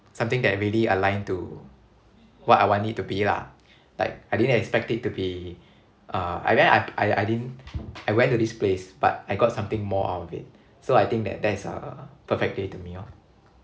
something that really aligned to what I want it to be lah like I didn't expect it to be uh I went uh I didn't I went to this place but I got something more out of it so I think that that is a perfect day to me lor